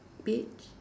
beige